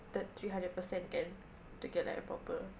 third three hundred percent kan to get like a proper